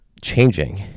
changing